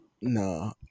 no